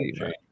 right